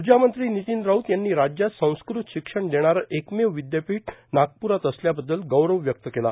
उर्जा मंत्री नितीन राऊत यांनी राज्यात संस्कृत शिक्षण देणारे एकमेव विद्यापीठ नागपूरात असल्याबददल गौरव व्यक्त केला